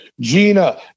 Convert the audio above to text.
gina